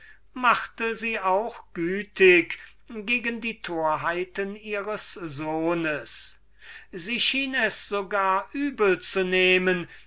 machte sie auch gütig gegen die torheiten ihres sohnes sie schien es so gar übel zu nehmen